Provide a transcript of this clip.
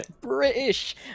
British